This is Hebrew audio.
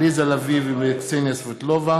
עליזה לביא וקסניה סבטלובה